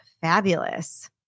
fabulous